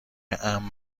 امن